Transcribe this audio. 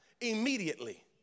Immediately